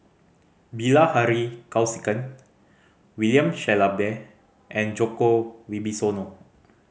Bilahari Kausikan William Shellabear and Djoko Wibisono